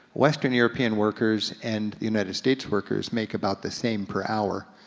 western european workers and united states workers make about the same per hour,